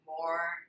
more